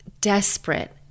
desperate